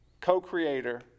co-creator